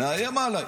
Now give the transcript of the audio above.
מאיים עליי,